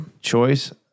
choice